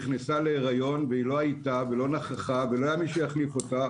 נכנסה להיריון והיא לא הייתה ולא נכחה ולא היה מי שיחליף אותה,